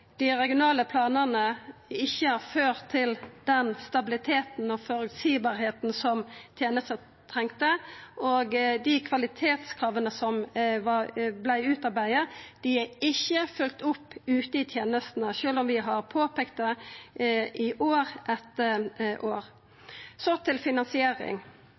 dei regionale planane ikkje har ført til den stabiliteten og dei vilkåra som tenesta trong, og dei kvalitetskrava som vart utarbeidde, er ikkje følgde opp ute i tenestene, sjølv om vi har påpeikt det i år etter år. Til finansiering: